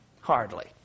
hardly